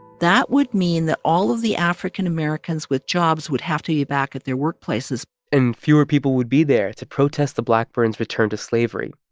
that would mean that all of the african americans with jobs would have to be back at their workplaces and fewer people would be there to protest the blackburns' return to slavery,